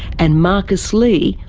and marcus lee,